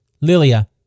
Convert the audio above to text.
Lilia